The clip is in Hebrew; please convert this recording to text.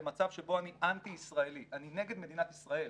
למצב שבו אני אנטי ישראלי: אני נגד מדינת ישראל.